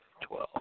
twelve